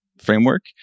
framework